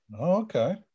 okay